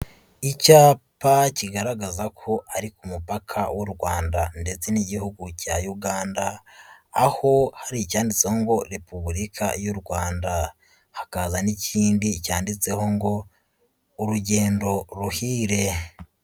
Icyapa kigaragaza ko ari ku mupaka w'u Rwanda ndetse n'Igihugu cya Uganda, aho hari icyanditseho ngo Repubulika y'u Rwand, hakaza n'ikindi cyanditseho ngo urugendo ruhire.